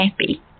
happy